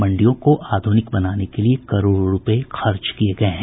मंडियों को आधुनिक बनाने के लिए करोडो रुपये खर्च किये गये हैं